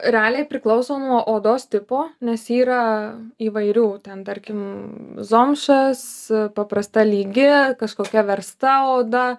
realiai priklauso nuo odos tipo nes yra įvairių ten tarkim zomšas paprasta lygi kažkokia versta oda